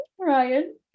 Ryan